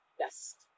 best